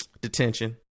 detention